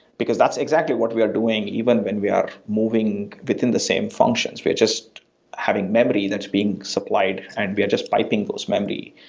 because that's exactly what we are doing even when we are moving within the same functions. we're just having memory that's being supplied and we are just piping those memory.